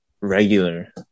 regular